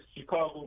Chicago